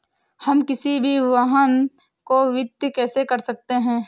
हम किसी भी वाहन को वित्त कैसे कर सकते हैं?